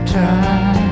time